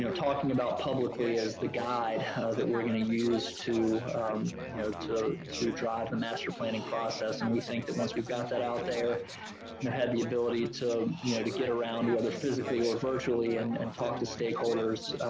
you know talking about publicly as the guide that we're going to use to you know to, to drive the and master planning process and we think that once we've got that out there. and i've had the ability to you know to get around whether physically or virtually and and talk to stakeholders